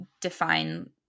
define